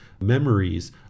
memories